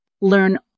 Learn